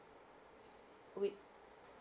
with